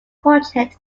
project